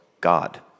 God